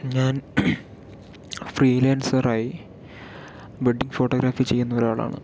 ഞാൻ ഫ്രീലാൻസറായി wedding photography ചെയ്യുന്ന ഒരാളാണ്